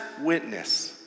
witness